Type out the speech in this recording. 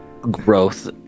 Growth